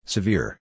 Severe